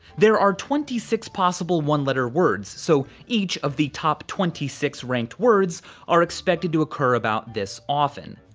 there are twenty six possible one letter words, so each of the top twenty six ranked words are expected to occur about this often.